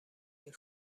این